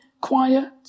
quiet